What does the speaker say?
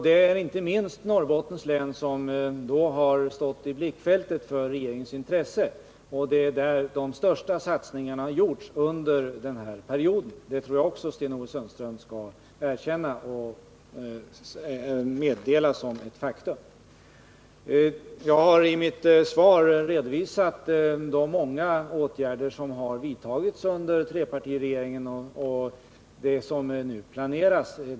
Det är inte minst Norrbottens län som då har stått i blickfältet för regeringens intresse. Det är där som de största satsningarna har gjorts under denna period. Detta tror jag också att Sten-Ove Sundström kan erkänna som ett faktum. Jag har i mitt svar redovisat de många åtgärder som har vidtagits under trepartiregeringens tid och som nu planeras.